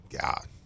God